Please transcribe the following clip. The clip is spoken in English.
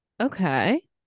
Okay